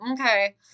okay